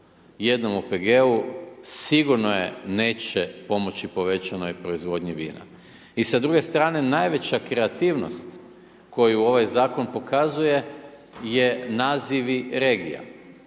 jednom OPG-u, sigurno neće pomoći povećanoj proizvodnji vina. I s druge strane najveća kreativnost koju ovaj zakon pokazuje je nazivi regija.